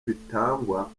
bitangwa